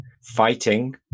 fighting